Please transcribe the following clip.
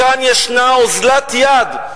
כאן יש אוזלת יד.